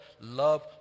love